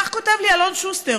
כך כותב לי אלון שוסטר,